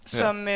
som